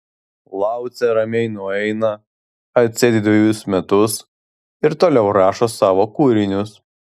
laucė ramiai nueina atsėdi dvejus metus ir toliau rašo savo kūrinius